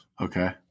Okay